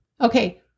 Okay